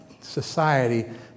society